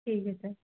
ठीक है सर